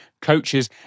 coaches